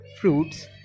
fruits